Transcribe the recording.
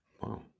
wow